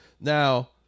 Now